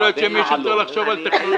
יכול להיות שמישהו צריך לחשוב על המכוניות,